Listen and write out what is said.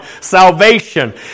Salvation